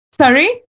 sorry